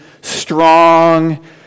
strong